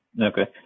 Okay